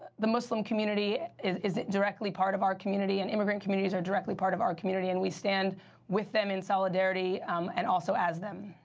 the muslim community is is directly part of our community, and immigrant communities are directly part of our community. and we stand with them in solidarity and also as them.